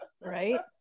right